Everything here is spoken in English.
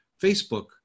Facebook